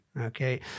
Okay